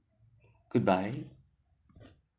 good bye